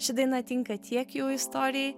ši daina tinka tiek jų istorijai